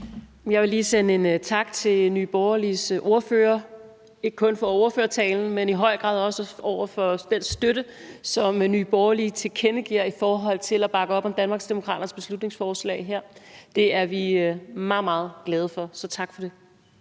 Jeg vil lige sende en tak til Nye Borgerliges ordfører, ikke kun for ordførertalen, men i høj grad også for den støtte, som Nye Borgerlige tilkendegiver i forhold til at bakke op om Danmarksdemokraternes beslutningsforslag. Det er vi meget, meget glade for, så tak for det.